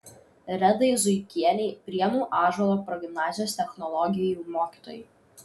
redai zuikienei prienų ąžuolo progimnazijos technologijų mokytojai